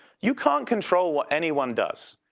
you can't control what anyone does.